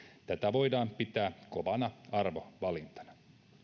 tätä voidaan pitää kovana arvovalintana